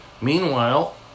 Meanwhile